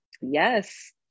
Yes